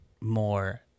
more